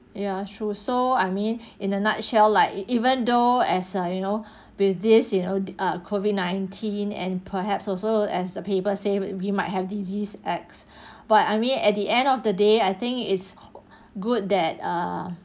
ya true so I mean in a nutshell like e~ even though as uh you know with this you know ah COVID nineteen and perhaps also as the paper say we might have disease X but I mean at the end of the day I think it's good that err